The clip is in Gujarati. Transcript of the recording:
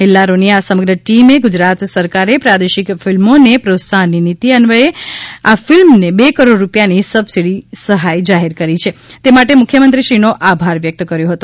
હેલ્લારોની આ સમગ્ર ટીમે ગુજરાત સરકારે પ્રાદેશિક ફિલ્મોને પ્રોત્સાહનની નીતિ અન્વયે આ ફિલ્મને બે કરોડ રૂપિયાની સબસિડી સહાય જાહેર કરી છે તે માટે મુખ્યમંત્રીશ્રીનો આભાર વ્યકત કર્યો હતો